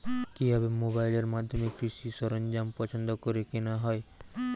কিভাবে মোবাইলের মাধ্যমে কৃষি সরঞ্জাম পছন্দ করে কেনা হয়?